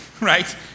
right